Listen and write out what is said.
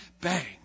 bang